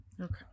Okay